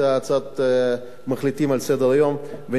הצעת המחליטים על סדר-היום ונקבל אותה.